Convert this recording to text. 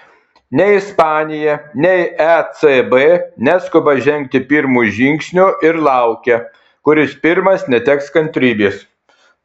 nei ispanija nei ecb neskuba žengti pirmo žingsnio ir laukia kuris pirmas neteks kantrybės